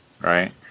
right